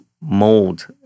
mold